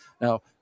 Now